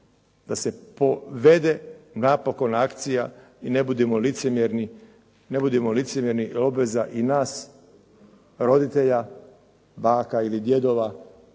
da se povede napokon akcije i ne budimo licemjerni obveza je i nas roditelja, baka i djedova,